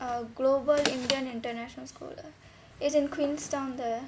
err global indian international school ah it's in queenstown there